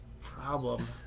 problem